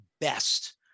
best